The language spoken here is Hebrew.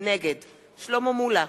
נגד שלמה מולה,